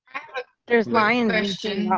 there's my english